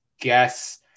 guess